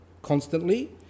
Constantly